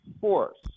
force